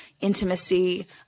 intimacy